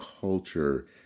culture